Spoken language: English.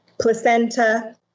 Placenta